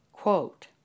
quote